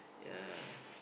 ya